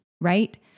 right